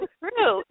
true